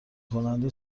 کننده